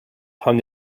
hung